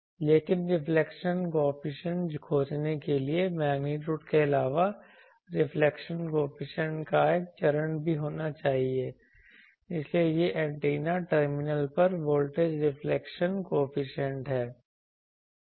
लेकिन reflection coefficient खोजने के लिए मेग्नीट्यूड के अलावा रिफ्लेक्शन कॉएफिशिएंट का एक चरण भी होना चाहिए इसलिए यह एंटीना टर्मिनल पर वोल्टेज रिफ्लेक्शन कॉएफिशिएंट है